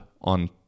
on